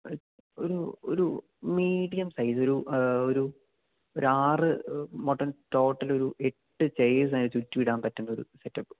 ഒരു ഒരു medium size ഒരു ഒരു ഒരാറ് മൊത്തം ടോട്ടലൊരു എട്ട് ചെയേഴ്സ് അതിന് ചുറ്റും ഇടാൻ പറ്റുന്ന ഒരു സെറ്റപ്പ്